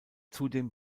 zudem